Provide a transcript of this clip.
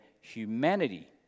humanity